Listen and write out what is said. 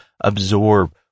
absorb